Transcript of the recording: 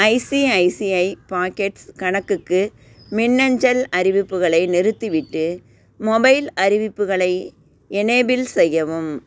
ICICI pockets கணக்குக்கு மின்னஞ்சல் அறிவிப்புகளை நிறுத்திவிட்டு மொபைல் அறிவிப்புகளை எனேபிள் செய்யவும்